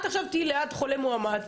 את עכשיו תהיי ליד חולה מאומת,